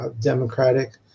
democratic